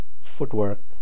footwork